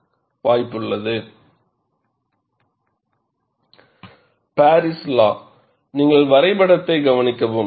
Refer Slide Time 0957 Paris law நீங்கள் வரைபடத்தை கவனிக்கவும்